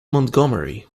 montgomery